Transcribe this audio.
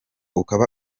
ukaba